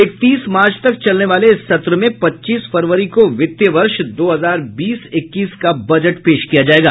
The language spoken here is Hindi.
इकतीस मार्च तक चलने वाले इस सत्र में पच्चीस फरवरी को वित्त वर्ष दो हजार बीस इक्कीस का बजट पेश किया जाएगा